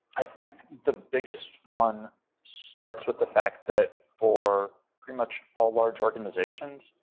i think the biggest one starts with the fact that for pretty much all large organizations.